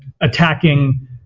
attacking